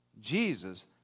Jesus